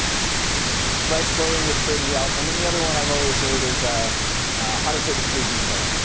for it. sort of skurka right. clothing would certainly help. and then the other one i've always heard is ah how to take a sleeping pill,